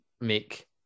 make